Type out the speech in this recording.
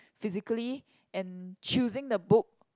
physically and choosing the book